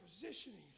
positioning